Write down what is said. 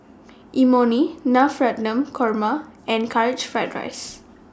Imoni Korma and Karaage Fried